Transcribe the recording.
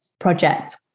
project